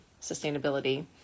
sustainability